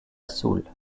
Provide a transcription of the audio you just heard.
soule